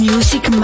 Music